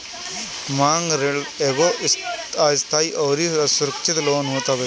मांग ऋण एगो अस्थाई अउरी असुरक्षित लोन होत हवे